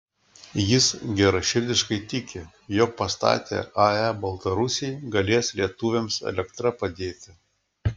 jis geraširdiškai tiki jog pastatę ae baltarusiai galės lietuviams elektra padėti